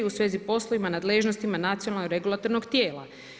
u svezi poslovima nadležnostima nacionalnog regulatornog tijela.